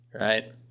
Right